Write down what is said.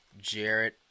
Jared